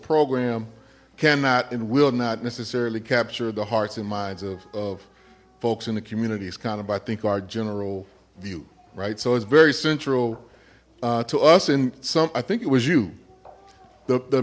program cannot and will not necessarily capture the hearts and minds of of folks in the community it's kind of i think our general view right so it's very central to us and some i think it was you the